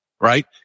right